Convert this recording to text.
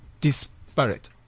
disparate